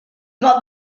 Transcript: got